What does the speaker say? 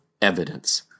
evidence